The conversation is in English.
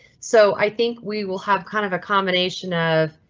so i think we will have kind of a combination of.